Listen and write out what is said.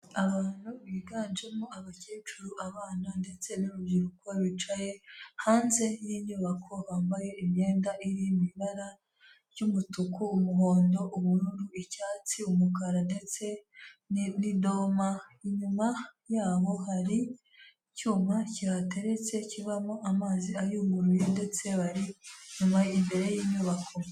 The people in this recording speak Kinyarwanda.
Abantu biganjemo abacyecuru, abana ndetse n'urubyiruko rwicaye hanze y'inyubako bambaye imyenda iri mw'ibara ry'umutuku, umuhondo ubururu, icyatsi, umukara ndetse n'idoma inyuma yabo hari icyuma cyihateretse kibamo amazi ayunguruye ndetse bari inyuma imbere y'inyubako.